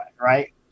Right